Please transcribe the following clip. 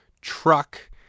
truck